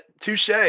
touche